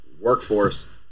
workforce